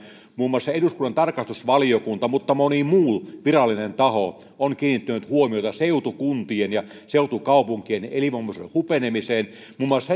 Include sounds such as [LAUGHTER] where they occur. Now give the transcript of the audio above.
muun muassa eduskunnan tarkastusvaliokunta mutta myös moni muu virallinen taho on kiinnittänyt huomiota seutukuntien ja seutukaupunkien elinvoimaisuuden hupenemiseen muun muassa [UNINTELLIGIBLE]